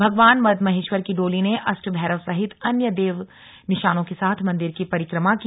भगवान मद्महेश्वर की डोली ने अष्ट भैरव सहित अन्य देव निशानों के साथ मंदिर की परिक्रमा की